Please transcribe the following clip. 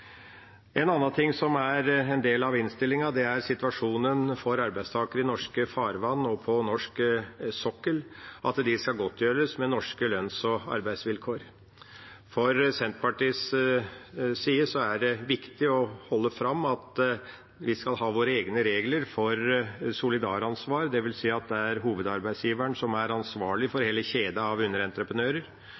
En annen ting – i innstillingen om skipsarbeidsloven – er situasjonen for arbeidstakere i norske farvann og på norsk sokkel, at de skal godtgjøres med norske lønns- og arbeidsvilkår. For Senterpartiet er det viktig å holde fram at vi skal ha våre egne regler for solidaransvar, dvs. at det er hovedarbeidsgiveren som er ansvarlig for hele kjeden av underentreprenører.